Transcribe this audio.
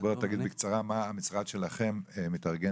אז בוא תגיד בקצרה איך המשרד שלכם מתארגן